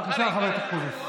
בבקשה, חבר הכנסת אקוניס.